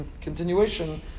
continuation